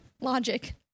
Logic